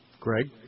Greg